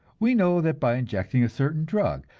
we know that by injecting a certain drug,